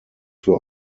für